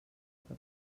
que